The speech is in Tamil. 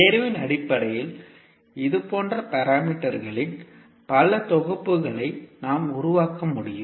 தேர்வின் அடிப்படையில் இதுபோன்ற பாராமீட்டர்களின் பல தொகுப்புகளை நாம் உருவாக்க முடியும்